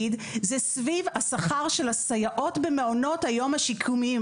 זה סביב השכר של הסייעות במעונות היום השיקומיים.